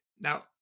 now